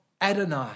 Adonai